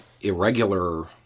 irregular